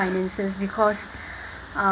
finances because uh